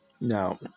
Now